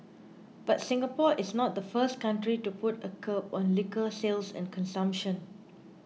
but Singapore is not the first country to put a curb on liquor sales and consumption